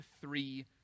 three